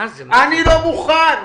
אני לא מוכן.